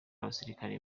abasilikare